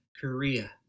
Korea